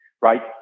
right